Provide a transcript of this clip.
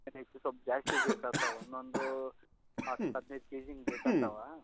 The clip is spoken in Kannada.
ಅದಕ್ಕೆ ಸೊಲ್ಪ ಜಾಸ್ತಿ ಬೇಕಾಗ್ತವೆ ಒನ್ನೊಂದು ಹತ್ತು ಹದಿನೈದು ಕೆಜಿ ಹಿಂಗೆ ಬೇಕಾಗ್ತವ